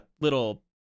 little